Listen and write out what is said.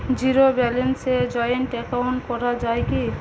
Zero ব্যালেন্সে joint account করা য়ায় কি?